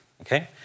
okay